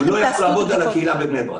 זה לא יעבוד על האוכלוסייה בבני ברק.